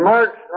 March